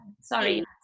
sorry